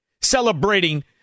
celebrating